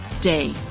day